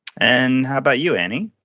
and how about you, annie?